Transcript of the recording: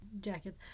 jacket